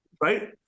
Right